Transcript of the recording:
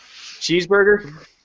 Cheeseburger